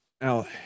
Now